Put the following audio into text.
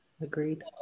agreed